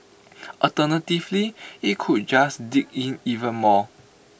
alternatively IT could just dig in even more